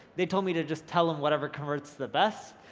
they told me to just tell them whatever converts the best.